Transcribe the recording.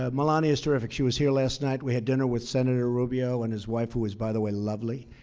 ah melania is terrific. she was here last night. we had dinner with senator rubio and his wife, who is, by the way, lovely.